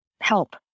help